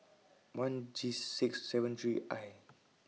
one G six seven three I